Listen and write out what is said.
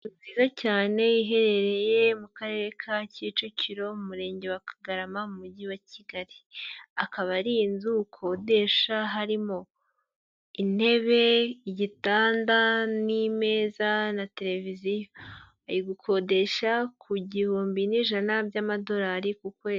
Inzu nziza cyane iherereye mu karere ka Kicukiro umurenge wa kagarama mu mujyi wa Kigali. Akaba ari inzu ukodesha harimo intebe, igitanda n'imeza na televiziyo. Ayigukodesha ku gihumbi n'ijana by'amadolari ku kwezi.